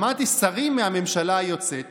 שמעתי שרים מהממשלה היוצאת